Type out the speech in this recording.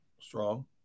Strong